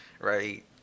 Right